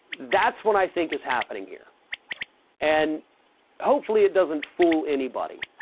that's what i think is happening here and hopefully it doesn't fool anybody,